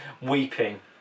Weeping